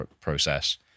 process